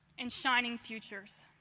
and shining futures.